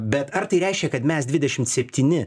bet ar tai reiškia kad mes dvidešim septyni